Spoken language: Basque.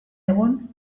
egun